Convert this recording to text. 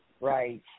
right